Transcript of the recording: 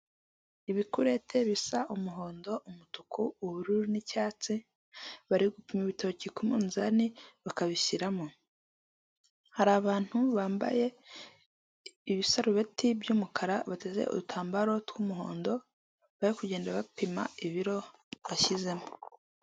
Icyapa cyo mu muhanda gifite ishusho ya mpande eshatu kizengurutswe n'umutuku, imbere ubuso n'umweru, ikirango n'umukara. Iki cyapa kirereka abayobozi b'amamodoka ko imbere aho bari kujya hari kubera ibikorwa by'ubwubatsi.